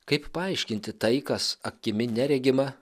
kaip paaiškinti tai kas akimi neregima